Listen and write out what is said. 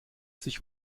sich